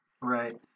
Right